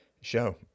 show